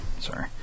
sorry